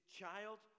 child